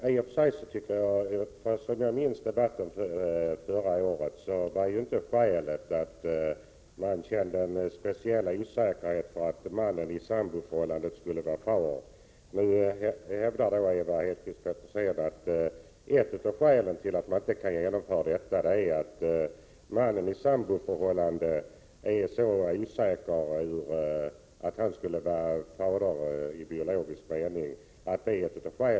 Herr talman! Som jag minns debatten förra året var inte skälet till avslag på motionen att man var osäker på att mannen i samboförhållandet var barnets far. Men nu hävdar Ewa Hedkvist Petersen att ett av skälen till att man inte kan bifalla vårt förslag är att det är osäkert att mannen i ett samboförhållande är fader i biologisk mening.